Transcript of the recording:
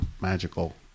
magical